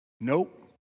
Nope